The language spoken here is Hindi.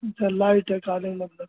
अच्छा लाइट है कहने क मतलब